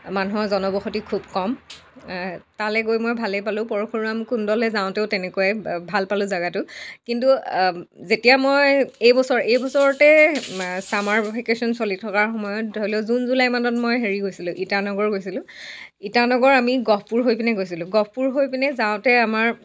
মানুহৰ জনবসতি খুব কম তালৈ গৈ মই ভালেই পালোঁ পৰশুৰাম কুণ্ডলৈ যাওঁতেও তেনেকুৱাই ভাল পালোঁ জেগাটো কিন্তু যেতিয়া মই এইবছৰ এইবছৰতেই ছামাৰ ভেকেশ্যন চলি থকাৰ সময়ত ধৰি লওক জুন জুলাই মানত মই হেৰি গৈছিলোঁ ইটানগৰ গৈছিলোঁ ইটানগৰ আমি গহপুৰ হৈ পিনে গৈছিলোঁ গহপুৰ হৈ পিনে যাওঁতে আমাৰ